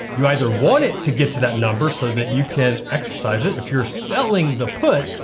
you either want it to get to that number so that you can exercise it. if you're selling the put,